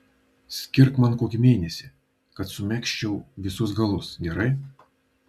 skirk man kokį mėnesį kad sumegzčiau visus galus gerai